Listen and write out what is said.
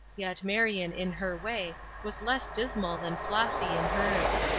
yet marion, in her way, was less dismal than flossy in hers.